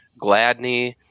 Gladney